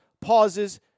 pauses